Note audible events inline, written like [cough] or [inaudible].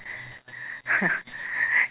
[laughs]